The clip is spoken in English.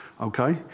okay